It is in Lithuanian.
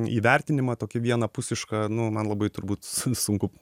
įvertinimą tokį vienapusišką nu man labai turbūt su sunku